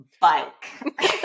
bike